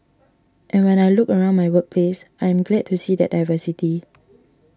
and when I look around my workplace I am glad to see that diversity